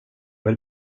vill